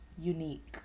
unique